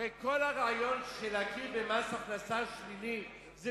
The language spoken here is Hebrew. הרי כל הרעיון של להכיר במס הכנסה שלילי זה